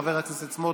חבר הכנסת סמוטריץ',